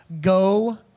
Go